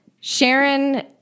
Sharon